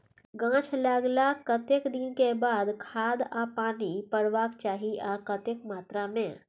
गाछ लागलाक कतेक दिन के बाद खाद आ पानी परबाक चाही आ कतेक मात्रा मे?